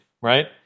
right